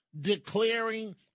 declaring